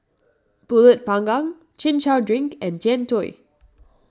Pulut Panggang Chin Chow Drink and Jian Dui